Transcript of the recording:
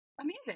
Amazing